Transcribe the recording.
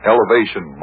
Elevation